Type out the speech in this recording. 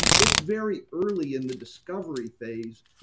it's very early in the discovery phase,